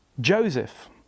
Joseph